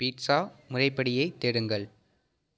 pizza முறைப்படியை தேடுங்கள்